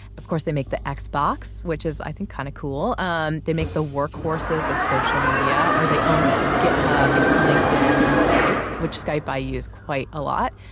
of course, they make the x-box, which is i think kinda kind of cool. um they make the workhorses of social media or they own them. github, linkedin and skype, which skype i use quite a lot.